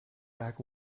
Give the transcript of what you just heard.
back